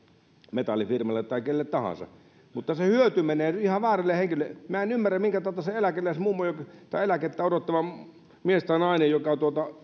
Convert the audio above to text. metallifirmalle tai kelle tahansa mutta se hyöty menee ihan väärälle henkilölle minä en ymmärrä minkä tautta se eläkettä odottava mies tai nainen joka